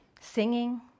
singing